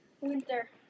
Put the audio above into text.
Winter